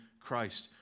Christ